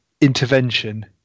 intervention